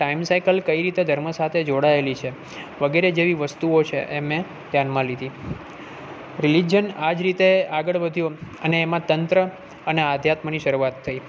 time cycle કઈ રીતે ધર્મ સાથે જોડાએલી છે વગેરે જેવી વસ્તુઓ છે એ મેં ધ્યાનમાં લીધી રિલિજન આ જ રીતે આગળ વધ્યો અને એમાં તંત્ર અને આધ્યાત્મની શરૂઆત થઈ